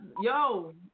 yo